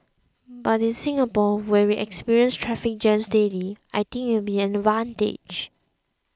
but in Singapore where we experience traffic jams daily I think it will be an advantage